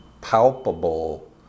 palpable